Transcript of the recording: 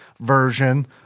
version